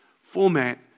format